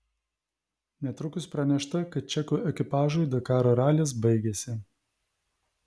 netrukus pranešta kad čekų ekipažui dakaro ralis baigėsi